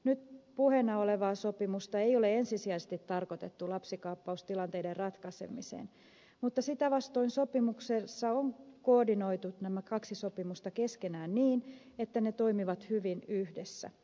nyt puheena olevaa sopimusta ei ole ensisijaisesti tarkoitettu lapsikaappaustilanteiden ratkaisemiseen mutta sitä vastoin sopimuksessa on koordinoitu nämä kaksi sopimusta keskenään niin että ne toimivat hyvin yhdessä